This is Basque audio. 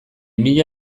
mila